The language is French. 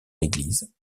l’église